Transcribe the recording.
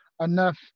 enough